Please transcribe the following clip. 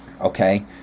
Okay